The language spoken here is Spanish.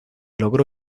logró